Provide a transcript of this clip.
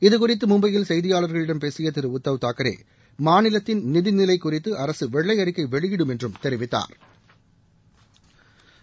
இது குறித்து மும்பையில் செய்தியாளரிடம் பேசிய திரு உத்தவ் தாக்கரே மாநிலத்தின் நிதிநிலை குறித்து அரசு வெள்ளை அறிக்கை வெளியிடும் என்றும் தெரிவித்தாா்